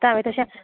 आतां हांवें तशें